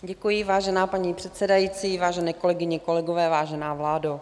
Děkuji, vážená paní předsedající, vážené kolegyně, kolegové, vážená vládo.